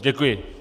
Děkuji.